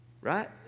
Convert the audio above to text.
right